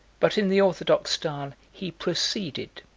but in the orthodox style he proceeded.